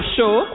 Show